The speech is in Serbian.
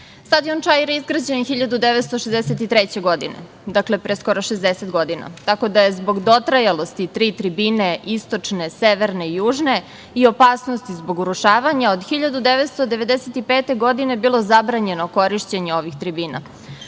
Stadion „Čair“ je izgrađen 1963. godine, dakle pre skoro 60 godina, tako da je zbog dotrajalosti tri tribine istočne, severne i južne, i opasnosti zbog urušavanja od 1995. godine bilo zabranjeno korišćenje ovih tribina.